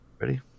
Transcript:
Ready